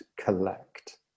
collect